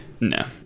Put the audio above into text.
No